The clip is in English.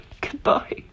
Goodbye